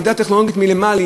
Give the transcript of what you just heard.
עמידה טכנולוגית מינימלית,